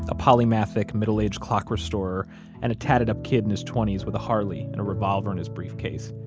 a polymathic, middle-aged clock restorer and a tatted-up kid in his twenty s with a harley and a revolver in his briefcase,